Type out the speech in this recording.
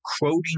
quoting